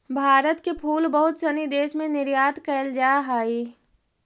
भारत के फूल बहुत सनी देश में निर्यात कैल जा हइ